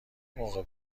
موقع